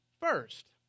first